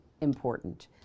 important